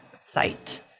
site